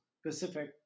specific